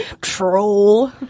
troll